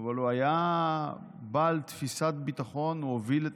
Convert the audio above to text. אבל הוא היה בעל תפיסת ביטחון והוביל את